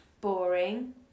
boring